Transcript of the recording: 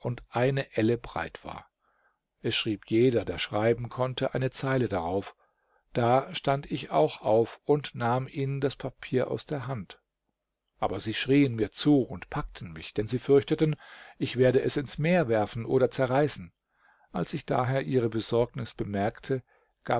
eine elle breit war es schrieb jeder der schreiben konnte eine zeile darauf da stand ich auch auf und nahm ihnen das papier aus der hand aber sie schrien mir zu und packten mich denn sie fürchteten ich werde es ins meer werfen oder zerreißen als ich daher ihre besorgnis bemerkte